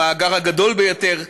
המאגר הגדול ביותר,